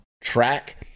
track